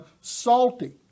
salty